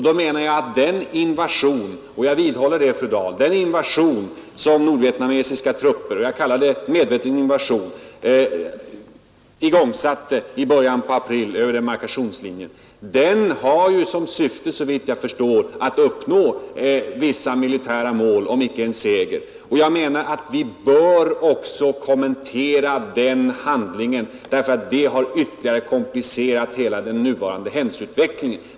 Då menar jag att den invasion — jag vidhåller det, fru Dahl — det är medveten invasion som nordvietnamesiska trupper igångsatte i början av april över demarkationslinjen har till syfte såvitt jag förstår att uppnå vissa militära mål om icke en seger. Jag menar att vi bör också kommentera den handlingen, därför att detta har ytterligare komplicerat hela den nuvarande händelseutvecklingen.